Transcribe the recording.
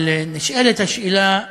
אבל נשאלת השאלה: